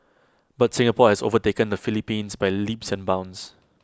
but Singapore is overtaken the Philippines by leaps and bounds